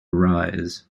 rise